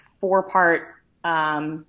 four-part